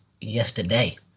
yesterday